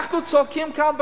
ואנחנו צועקים כאן בכנסת: